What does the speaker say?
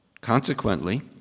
Consequently